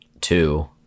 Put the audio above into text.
two